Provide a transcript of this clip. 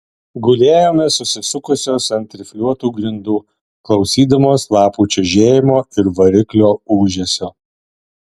gulėjome susisukusios ant rifliuotų grindų klausydamos lapų čežėjimo ir variklio ūžesio